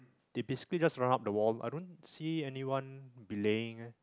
they basically just run up the wall I don't see anyone belaying leh